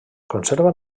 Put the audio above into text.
conserva